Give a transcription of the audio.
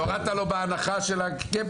והורדת לו בהנחה של ה-gap,